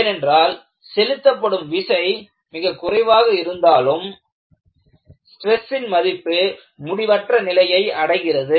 ஏனென்றால் செலுத்தப்படும் விசை மிகக் குறைவாக இருந்தாலும் ஸ்ட்ரெஸ்சின் மதிப்பு முடிவற்ற நிலையை அடைகிறது